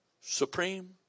supreme